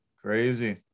Crazy